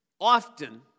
often